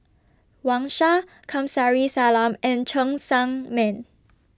Wang Sha Kamsari Salam and Cheng Tsang Man